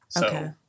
Okay